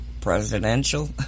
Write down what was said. presidential